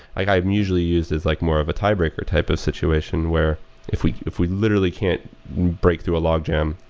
i'm usually used as like more of a tie-breaker type of situation where if we if we literally can't break through a log jam,